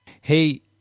Hey